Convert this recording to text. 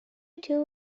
two